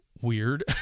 weird